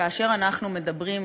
כאשר אנחנו מדברים,